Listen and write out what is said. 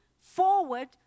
forward